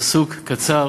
פסוק קצר.